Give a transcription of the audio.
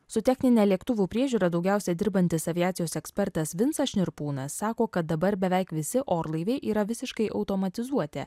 su technine lėktuvų priežiūra daugiausia dirbantis aviacijos ekspertas vincas šnirpūnas sako kad dabar beveik visi orlaiviai yra visiškai automatizuoti